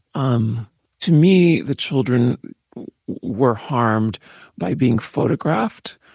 um to me, the children were harmed by being photographed.